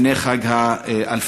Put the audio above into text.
לפני חג אל-פיטר,